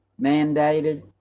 mandated